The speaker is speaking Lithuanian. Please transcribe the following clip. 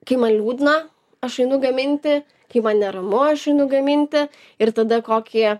kai man liūdna aš einu gaminti kai man neramu aš einu gaminti ir tada kokį